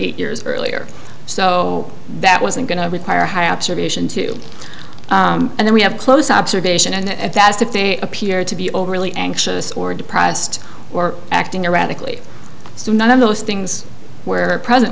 eight years earlier so that wasn't going to require high observation to and then we have close observation and asked if they appeared to be overly anxious or depressed or acting erratically so none of those things where present